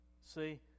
see